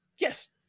yes